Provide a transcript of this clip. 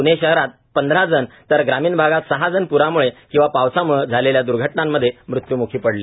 प्णे शहरात पंधरा जण तर ग्रामीण भागात सहा जण पुरामुळे किंवा पावसामुळे झालेल्या दुर्घटनांमधे मृत्युमुखी पडले